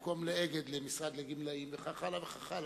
במקום ל"אגד" למשרד לגמלאים, וכך הלאה וכך הלאה.